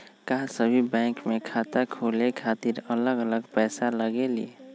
का सभी बैंक में खाता खोले खातीर अलग अलग पैसा लगेलि?